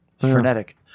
Frenetic